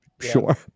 Sure